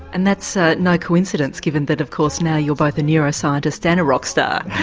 and that's ah no coincidence, given that of course now you're both a neuroscientist and a rock star.